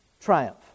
triumph